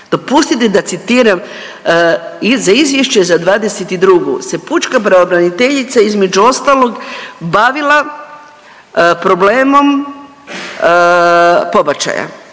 Dopustite da citiram za izvješće za '22. se pučka pravobraniteljica između ostalog bavila problemom pobačaja